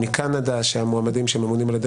מקנדה שם המועמדים לשיפוט שממונים על ידי